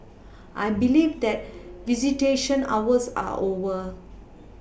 I believe that visitation hours are over